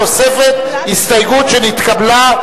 בתוספת הסתייגות שנתקבלה,